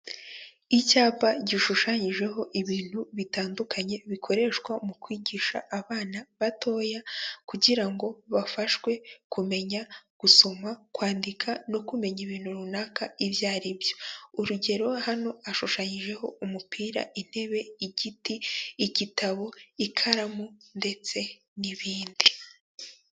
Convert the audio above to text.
Icyapa gishushanyijeho ibintu bitandukanye bikoreshwa mu kwigisha abana batoya kugira ngo bafashwe kumenya gusoma, kwandika no kumenya ibintu runaka ibyo ari byo, urugero hano hashushanyijeho umupira, intebe, igiti, igitabo, ikaramu ndetse n'ibindi.